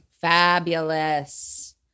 Fabulous